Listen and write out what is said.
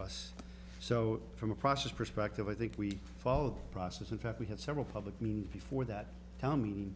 us so from a process perspective i think we follow the process in fact we have several public means before that tell me